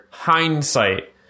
Hindsight